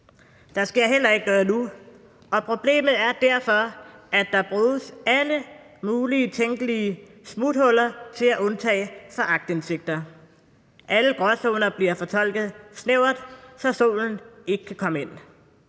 Der sker heller ikke noget nu, og problemet er derfor, at der bruges alle mulige tænkelige smuthuller til at undtage for aktindsigt. Alle gråzoner bliver fortolket snævert, så solen ikke kan komme ind.